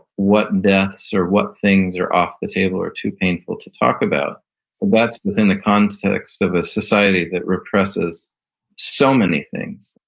what deaths or what things are off the table or too painful to talk about that's within the context of a society that represses so many things.